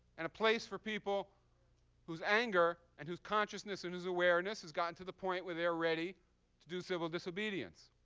and a place for people whose anger and whose consciousness and whose awareness has gotten to the point where they are ready to do civil disobedience.